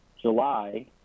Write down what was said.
July